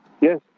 Yes